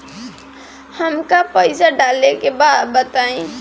हमका पइसा डाले के बा बताई